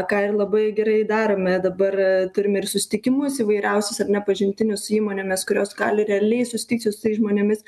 ką ir labai gerai darome dabar turime ir susitikimus įvairiausius ar ne pažintinius su įmonėmis kurios gali realiai susitikti su tais žmonėmis